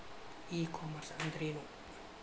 E commerce ಅಂದ್ರೇನು?